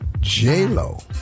J-Lo